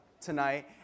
tonight